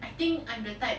I think I'm the type